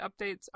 updates